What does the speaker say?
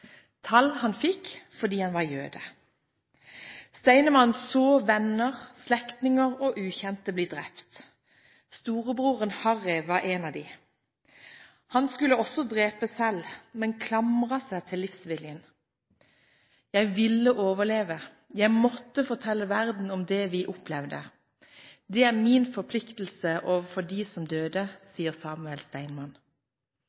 tall han fikk fordi han var jøde. Steinmann så venner, slektninger og ukjente bli drept. Storebroren Harry var en av dem. Han selv skulle også drepes, men klamret seg til livsviljen: «Jeg ville overleve. Jeg måtte fortelle verden om det vi opplevde. Det er min forpliktelse overfor dem som